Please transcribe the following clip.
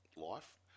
life